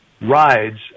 rides